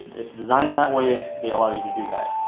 it's designed that way. they allow you to do that.